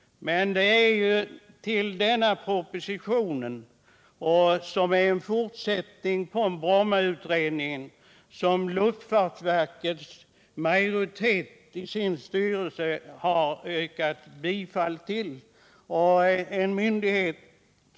Men propositionen är ju en fortsättning på Brommautredningen, som en majoritet i luftfartsverkets styrelse har godtagit.